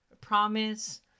promise